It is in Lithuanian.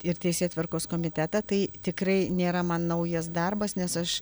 ir teisėtvarkos komitetą tai tikrai nėra man naujas darbas nes aš